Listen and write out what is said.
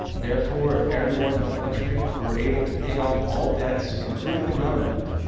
therefore, if everyone in the country were able to pay off all debts including the government,